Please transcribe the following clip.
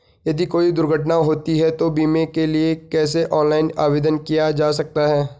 यदि कोई दुर्घटना होती है तो बीमे के लिए कैसे ऑनलाइन आवेदन किया जा सकता है?